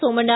Somanna